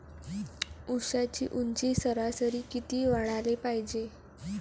ऊसाची ऊंची सरासरी किती वाढाले पायजे?